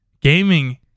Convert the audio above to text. gaming